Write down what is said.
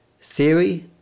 Theory